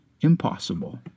impossible